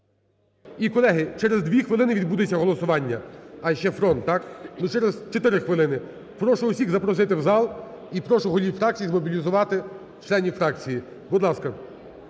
І, колеги, через дві хвилини відбудеться голосування. А, ще "фронт", так? Ну, через чотири хвилини. Прошу усіх запросити в зал і прошу голів фракцій змобілізувати членів фракції. Будь ласка.